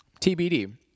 TBD